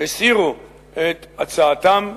הסירו את הצעתם.